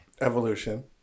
Evolution